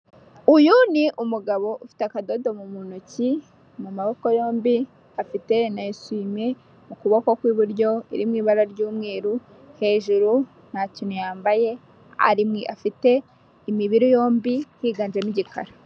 Uyu ni umugabo ufite akadodo mu ntoki mu maboko yombi afite na esuime mu kuboko kw'iburyo iri mu ibara ry'umweru hejuru nta kintu yambaye afite imibiri yombi higanjemo igikara.